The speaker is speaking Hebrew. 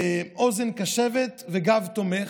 אוזן קשבת וגב תומך,